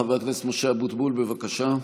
חבר הכנסת משה אבוטבול, בבקשה.